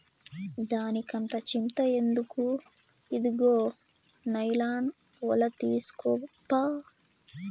దానికంత చింత ఎందుకు, ఇదుగో నైలాన్ ఒల తీస్కోప్పా